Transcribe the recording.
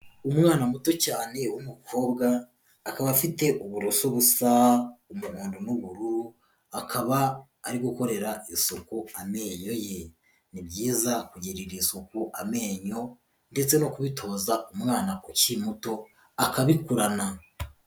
Umwana muto cyane w'umukobwa akaba afite uburoso busa umuhondo n'ubururu, akaba ari gukorera isuko amenyo ye, ni byizayiza kugiriraho amenyo ndetse no kubitoza umwana ukiri muto akabikurana.